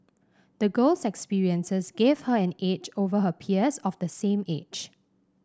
the girl's experiences gave her an edge over her peers of the same age